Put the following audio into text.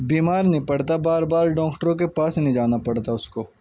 بیمار نہیں پڑتا بار بار ڈاکٹروں کے پاس نہیں جانا پڑتا اس کو